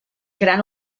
gran